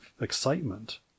excitement